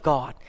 God